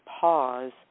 pause